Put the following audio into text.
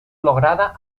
lograda